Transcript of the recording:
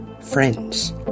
friends